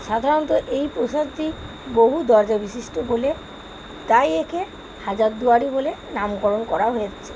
সাধারণত এই প্রাসাদটি বহু দরজাবিশিষ্ট বলে তাই একে হাজারদুয়ারি বলে নামকরণ করাও হয়েছে